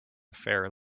fair